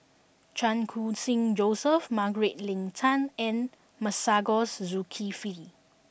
Chan Khun Sing Joseph Margaret Leng Tan and Masagos Zulkifli